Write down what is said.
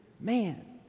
Man